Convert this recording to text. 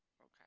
Okay